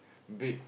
big